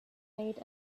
made